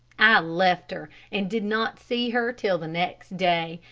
i left her and did not see her till the next day,